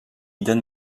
d’anne